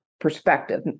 perspective